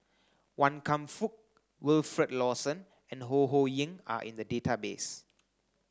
Wan Kam Fook Wilfed Lawson and Ho Ho Ying are in the database